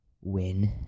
win